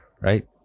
right